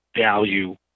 value